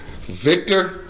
Victor